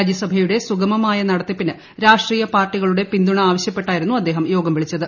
രാജ്യസഭയുടെ സുഗമമായ നടത്തിപ്പിന് രാഷ്ട്രീയ പാർട്ടികളുടെ പിന്തുണ ആവശൃപ്പെട്ടായിരുന്നു അദ്ദേഹം യോഗം വിളിച്ചത്